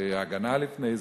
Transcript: ו"ההגנה" לפני זה,